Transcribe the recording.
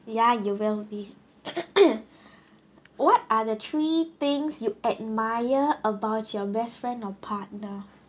ya you will be what are the three things you admire about your best friend or partner